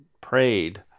prayed